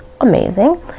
amazing